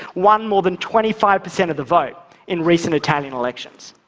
won more than twenty five percent of the vote in recent italian elections.